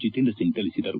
ಜಿತೇಂದ್ರ ಸಿಂಗ್ ತಿಳಿಸಿದರು